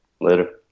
Later